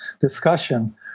discussion